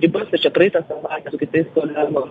ribos ir čia praeitą savaitę su kitais kolegom